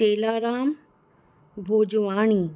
Chelaram Bhojwani